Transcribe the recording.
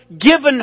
given